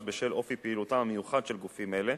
בשל אופי פעילותם המיוחד של גופים אלה.